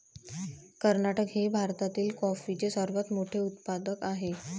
कर्नाटक हे भारतातील कॉफीचे सर्वात मोठे उत्पादक आहे